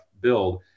build